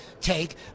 take